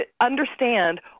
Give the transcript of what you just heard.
understand